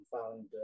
found